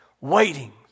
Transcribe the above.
waiting